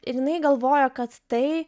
ir jinai galvoja kad tai